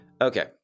Okay